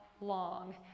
long